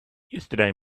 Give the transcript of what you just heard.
yesterday